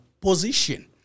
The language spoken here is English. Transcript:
position